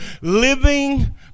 living